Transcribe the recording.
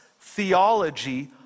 theology